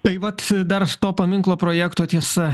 tai vat dar su to paminklo projekto tiesa